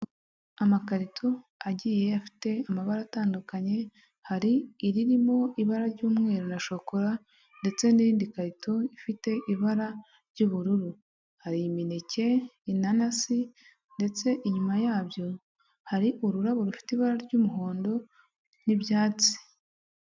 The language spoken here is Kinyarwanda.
Amakarito agiye afite amabara atandukanye hari iririmo ibara ry'umweru na shokora ndetse n'irindi karito ifite ibara ry'ubururu ; hari imineke, inanasi ndetse inyuma yabyo hari ururabo rufite ibara ry'umuhondo n'ibyatsi.